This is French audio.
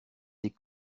des